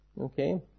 okay